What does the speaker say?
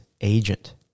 agent